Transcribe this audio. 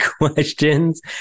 questions